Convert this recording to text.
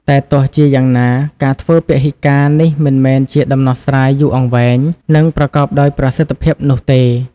តែទោះជាយ៉ាងណា ការធ្វើពហិការនេះមិនមែនជាដំណោះស្រាយយូរអង្វែង និងប្រកបដោយប្រសិទ្ធភាពនោះទេ។